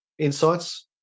insights